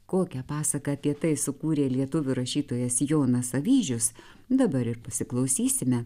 kokią pasaką apie tai sukūrė lietuvių rašytojas jonas avyžius dabar ir pasiklausysime